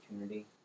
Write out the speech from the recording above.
opportunity